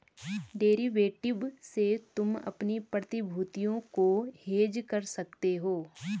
derivative से तुम अपनी प्रतिभूतियों को हेज कर सकते हो